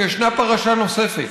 שישנה פרשה נוספת